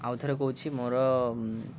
ଆଉ ଥରେ କହୁଛି ମୋର